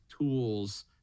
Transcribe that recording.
tools